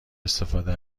استفاده